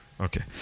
Okay